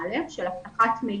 7א של אבטחת מידע.